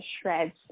shreds